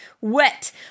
wet